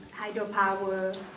hydropower